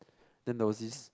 then there was this